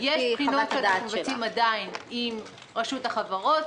יש בחינות עובדתיות שאנחנו מבצעים עדיין עם רשות החברות,